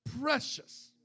precious